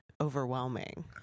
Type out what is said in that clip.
overwhelming